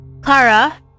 clara